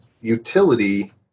utility